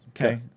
okay